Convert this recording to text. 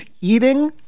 eating